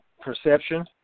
perception